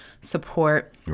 support